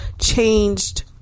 changed